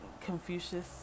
confucius